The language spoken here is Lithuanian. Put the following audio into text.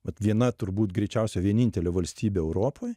vat viena turbūt greičiausiai vienintelė valstybė europoj